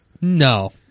No